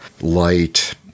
light